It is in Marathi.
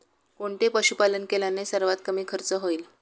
कोणते पशुपालन केल्याने सर्वात कमी खर्च होईल?